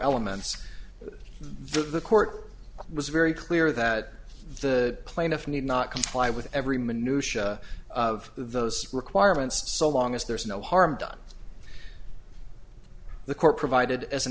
elements of the court was very clear that the plaintiff need not comply with everyman new show of those requirements so long as there is no harm done the court provided as an